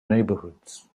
neighborhoods